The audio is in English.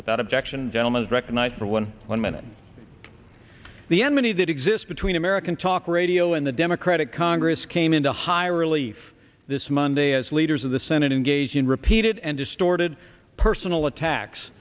without objection gentleman is recognized for one one minute the enmity that exists between american talk radio and the democratic congress came into high relief this monday as leaders of the senate engage in repeated and distorted personal attacks